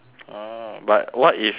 but what if you